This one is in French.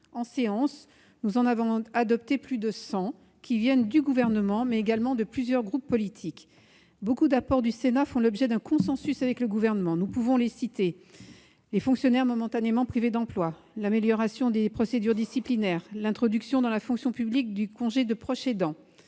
En séance, nous en avons adopté plus de 100, qui viennent du Gouvernement, mais également de plusieurs groupes politiques. Beaucoup d'apports du Sénat font l'objet d'un consensus avec le Gouvernement. Nous pouvons les citer : les fonctionnaires momentanément privés d'emploi, les FMPE ; l'amélioration des procédures disciplinaires ; l'introduction dans la fonction publique du congé de proche aidant